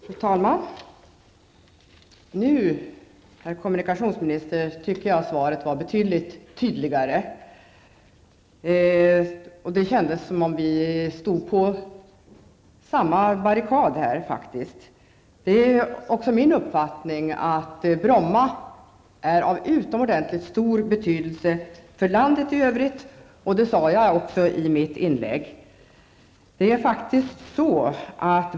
Fru talman! Nu, herr kommunikationsminister, tyckte jag att svaret var betydligt tydligare. Det kändes som att vi stod på samma barrikad. Det är också min uppfattning att Bromma är av utomordentligt stor betydelse för landet i övrigt, och det sade jag också i mitt inlägg.